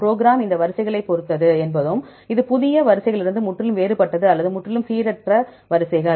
program இந்த வரிசைகளைப் பொறுத்தது என்பதும் இது புதிய வரிசைகளிலிருந்து முற்றிலும் வேறுபட்டது அல்லது முற்றிலும் சீரற்ற வரிசைகள்